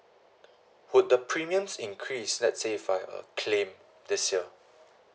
would the premiums increase let's say if I uh claim this year